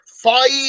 five